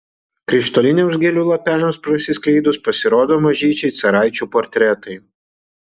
krištoliniams gėlių lapeliams prasiskleidus pasirodo mažyčiai caraičių portretai